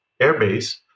airbase